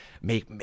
Make